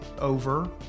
over